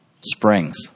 Springs